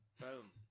Boom